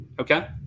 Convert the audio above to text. Okay